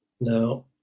Now